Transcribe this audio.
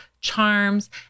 charms